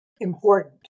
Important